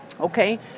okay